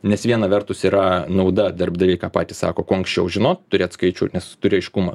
nes vieną vertus yra nauda darbdaviai patys sako kuo anksčiau žinot turėt skaičių nes turi aiškumą